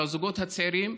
על הזוגות הצעירים,